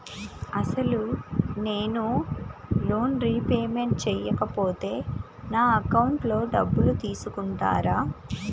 అసలు నేనూ loan repayment చేయకపోతే నా అకౌంట్లో డబ్బులు తీసుకుంటారా?